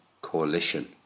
coalition